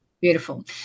Beautiful